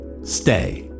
Stay